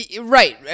Right